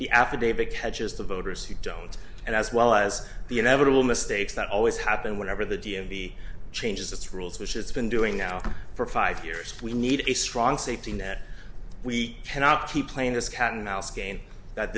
the affidavit catches the voters who don't and as well as the inevitable mistakes that always happen whenever the d m v changes its rules which it's been doing now for five years we need a strong safety net we cannot keep playing this cat and mouse game that